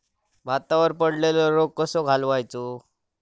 भातावर पडलेलो रोग कसो घालवायचो?